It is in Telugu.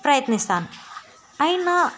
ప్రయత్నిస్తాను అయినా